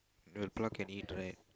the pluck can eat right